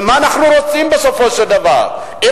ומה אנחנו רוצים בסופו של דבר אם